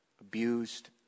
abused